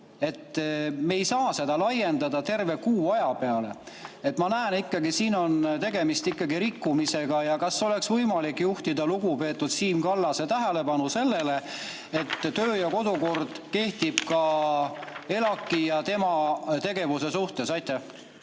Me ei saa seda laiendada terve kuu aja peale. Ma näen, et [meil] siin on tegemist rikkumisega. Kas oleks võimalik juhtida lugupeetud Siim Kallase tähelepanu sellele, et kodu‑ ja töökord kehtib ka ELAK‑i ja tema tegevuse suhtes? Aitäh!